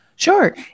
Sure